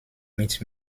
mit